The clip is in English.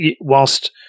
whilst